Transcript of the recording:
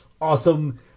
awesome